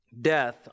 death